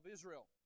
Israel